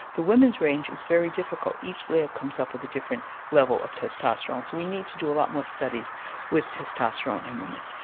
the women's range is very difficult. each layer comes up with a different level of testosterone, so we need to do a lot more studies with testosterone in women.